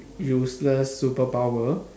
useless superpower